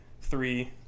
three